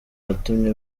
yatumye